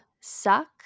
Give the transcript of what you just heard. suck